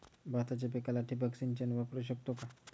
भाताच्या पिकाला ठिबक सिंचन वापरू शकतो का?